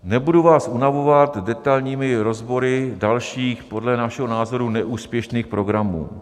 Nebudu vás unavovat detailními rozbory dalších podle našeho názoru neúspěšných programů.